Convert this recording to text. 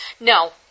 No